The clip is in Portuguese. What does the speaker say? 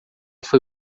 foi